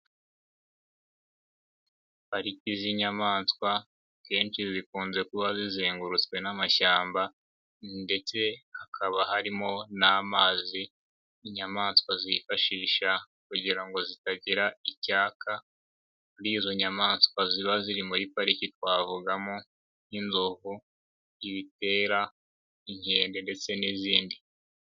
Pariki z'inyamaswa kenshi zikunze kuba zizengurutswe n'amashyamba ndetse hakaba harimo n'amazi inyamaswa zifashisha kugira ngo zitagira icyaka, muri izo nyamaswa ziba ziri muri pariki twavugamo; nk'inzovu, ibitera, inkende ndetse n'izindi.